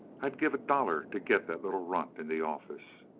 i'd give a dollar to get that little runt in the office